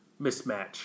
mismatch